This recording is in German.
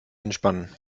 entspannen